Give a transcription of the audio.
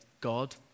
God